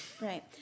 Right